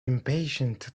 impatient